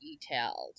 detailed